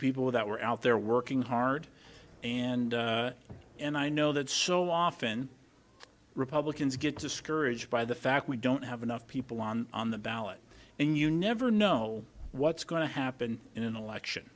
people that were out there working hard and and i know that so often republicans get discouraged by the fact we don't have enough people on the ballot and you never know what's going to happen in an election